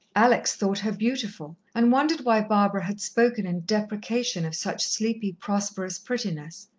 alex thought her beautiful, and wondered why barbara had spoken in deprecation of such sleepy, prosperous prettiness.